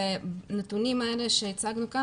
הנתונים האלה שהצגנו כאן,